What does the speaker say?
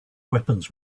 weapons